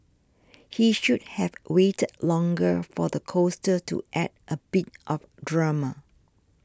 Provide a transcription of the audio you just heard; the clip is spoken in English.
he should have waited longer for the coaster to add a bit of drama